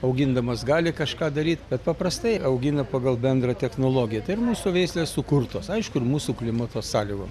augindamas gali kažką daryt bet paprastai augina pagal bendrą technologiją tai ir mūsų veislės sukurtos aišku ir mūsų klimato sąlygom